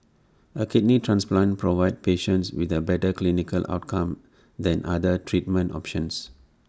A kidney transplant provides patients with A better clinical outcome than other treatment options